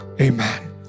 amen